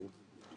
ברור.